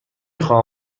خواهم